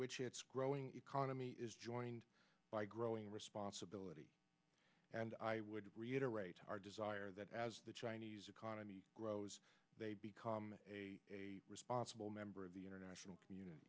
which its growing economy is joined by growing responsibility and i would reiterate our desire that as the chinese economy grows they become a responsible member of the international community